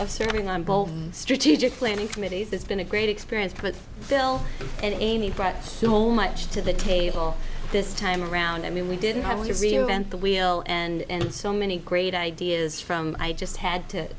and serving on both strategic planning committees that's been a great experience but phil and amy brought so much to the table this time around i mean we didn't have to reinvent the wheel and so many great ideas from i just had to